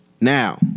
Now